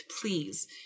please